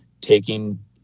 taking